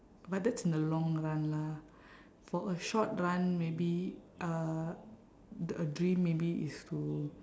but that's in the long run lah for a short run maybe uh d~ a dream maybe is to